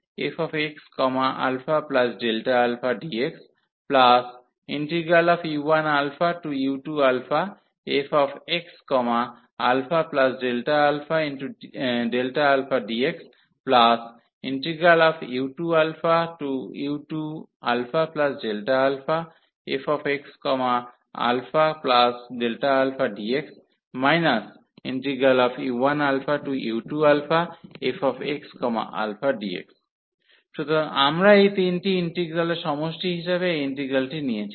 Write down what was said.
u1αu1fxαdxu1u2fxαΔαdxu2u2αΔαfxαΔαdx u1u2fxαdx সুতরাং আমরা এই তিনটি ইন্টিগ্রালের সমষ্টি হিসাবে এই ইন্টিগ্রাল্টি নিয়েছি